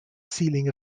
ceiling